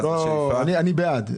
אני בעד.